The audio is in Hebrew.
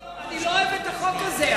אני לא אוהב את החוק הזה,